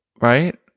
right